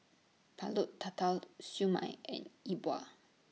Pulut Tatal Siew Mai and Yi Bua